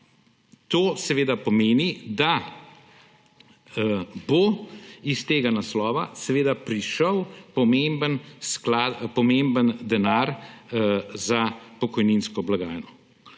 to seveda pomeni, da bo iz tega naslova seveda prišel pomemben denar za pokojninsko blagajno.